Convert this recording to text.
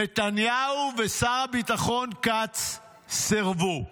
נתניהו ושר הביטחון כץ סרבו.